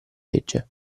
legge